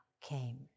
came